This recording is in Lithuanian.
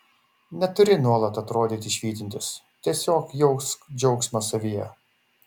neturi nuolat atrodyti švytintis tiesiog jausk džiaugsmą savyje